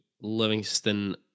Livingston